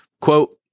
quote